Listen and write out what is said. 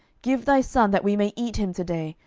give thy son, that we may eat him to day,